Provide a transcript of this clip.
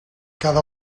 cada